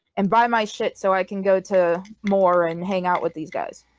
and buy my shit, so i can go to more and hang out with these guys